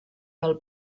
del